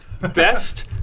best